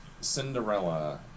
Cinderella